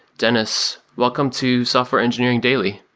denys, welcome to software engineering daily.